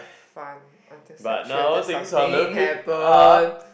fun until saturated something happen